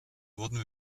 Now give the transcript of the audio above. wurden